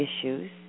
issues